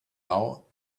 now